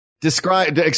Describe